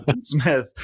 Smith